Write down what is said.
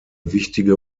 wichtige